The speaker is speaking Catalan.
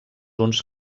uns